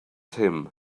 him